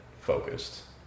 focused